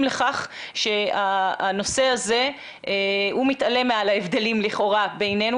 לכך שהנושא הזה מתעלה מעל ההבדלים לכאורה בינינו